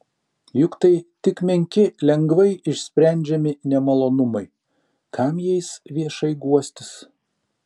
juk tai tik menki lengvai išsprendžiami nemalonumai kam jais viešai guostis